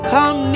Come